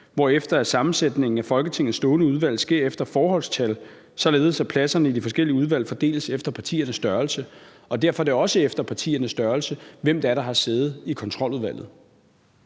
hvorefter sammensætningen af Folketingets stående udvalg sker efter forholdstal, således at pladserne i de forskellige udvalg fordeles efter partiernes størrelse, og derfor er det også efter partiernes størrelse, det er afgjort, hvem det er, der har siddet i Kontroludvalget.